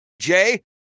Jay